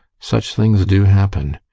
such things do happen.